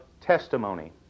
testimony